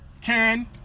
Karen